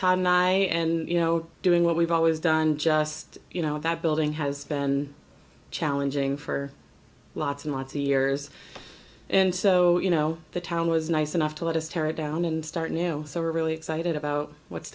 it's and you know doing what we've always done just you know that building has been challenging for lots and lots of years and so you know the town was nice enough to let us tara down and start now so we're really excited about what's